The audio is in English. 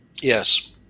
Yes